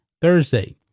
Thursday